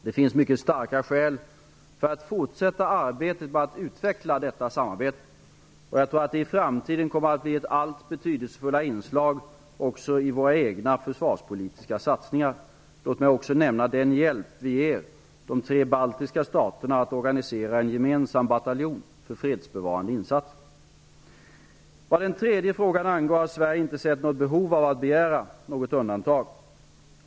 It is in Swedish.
Det finns mycket starka skäl för att fortsätta arbetet med att utveckla detta samarbete, och jag tror att det i framtiden kommer att bli ett allt betydelsefullare inslag också i våra egna försvarspolitiska satsningar. Låt mig också nämna den hjälp vi ger de tre baltiska staterna att organisera en gemensam bataljon för fredsbevarande insatser. Vad den tredje frågan angår har Sverige inte sett något behov av att begära några undantag.